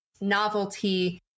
novelty